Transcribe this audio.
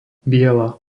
biela